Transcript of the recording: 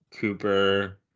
Cooper